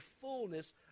fullness